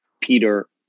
Peter